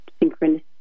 synchronous